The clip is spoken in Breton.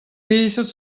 peseurt